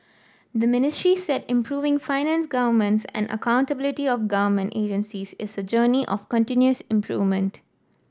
the Ministry said improving finance governance and accountability of government agencies is a journey of continuous improvement